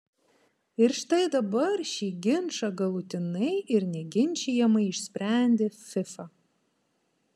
ir štai dabar šį ginčą galutinai ir neginčijamai išsprendė fifa